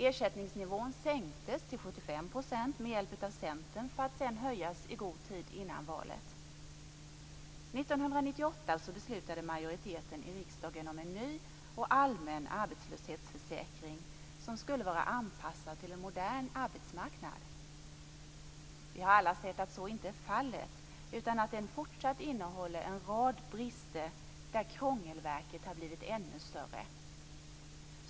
Ersättningsnivån sänktes med hjälp av Centern till 75 % för att sedan höjas i god tid innan valet. År 1998 beslutade majoriteten i riksdagen om en ny och allmän arbetslöshetsförsäkring som skulle vara anpassad till en modern arbetsmarknad. Vi har alla sett att så inte är fallet. Den innehåller fortsatt en rad olika brister där krångelverket har blivit ännu större.